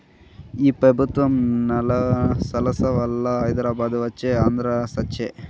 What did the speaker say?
ఈ పెబుత్వం సలవవల్ల హైదరాబాదు వచ్చే ఆంధ్ర సచ్చె